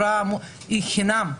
היא חינם.